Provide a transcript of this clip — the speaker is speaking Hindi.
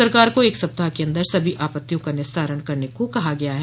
सरकार को एक सप्ताह के अंदर सभी आपत्तियों का निस्तारण करने को कहा गया है